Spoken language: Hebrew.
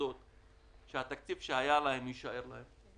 לוודא שהתקציב שהיה להם יישאר להם.